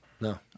No